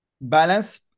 balance